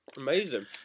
Amazing